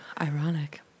Ironic